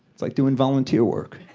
it's like doing volunteer work.